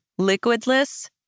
liquidless